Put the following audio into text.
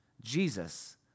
Jesus